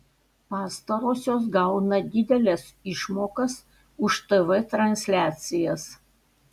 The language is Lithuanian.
pastarosios gauna dideles išmokas už tv transliacijas